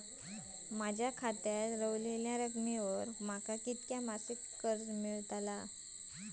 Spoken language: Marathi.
माझ्या खात्यात रव्हलेल्या रकमेवर माका किती मासिक कर्ज मिळात?